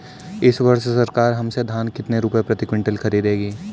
इस वर्ष सरकार हमसे धान कितने रुपए प्रति क्विंटल खरीदेगी?